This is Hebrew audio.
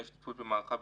מערכה,